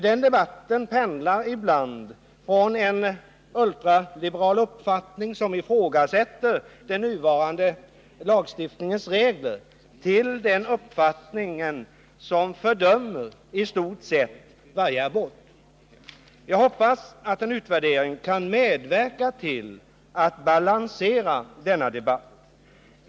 Denna debatt pendlar från en ultraliberal uppfattning som ifrågasätter den nuvarande lagstiftningens regler till en uppfattning som fördömer i stort sett varje abort. Jag hoppas att en utvärdering kan medverka till att balansera denna debatt.